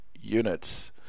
units